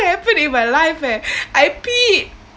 happened in my life eh I peed